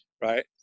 right